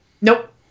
Nope